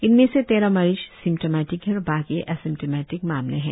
इनमें से तेरह मरीज सिम्टोमेटिक है और बाकी एसिम्टोमेटिक मामले है